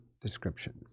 description